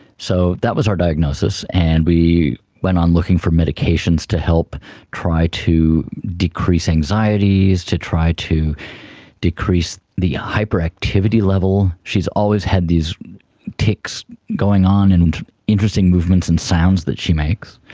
so that was our diagnosis, and we went on looking for medications to help try to decrease anxieties, to try to decrease the hyperactivity level. she has always had these tics going on and interesting movements and sounds that she makes.